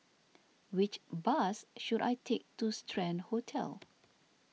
which bus should I take to Strand Hotel